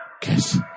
kiss